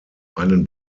einen